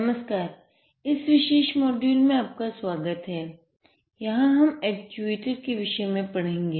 नमस्कार इस विशेष लैब मोड्यूल में आपका स्वागत है यहाँ हम एक्चुएटर के विषय में पढेंगे